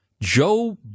Joe